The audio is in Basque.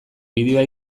bideoa